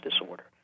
disorder